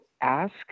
ask